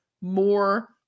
more